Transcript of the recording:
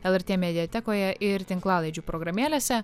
lrt mediatekoje ir tinklalaidžių programėlėse